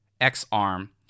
X-Arm